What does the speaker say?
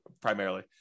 primarily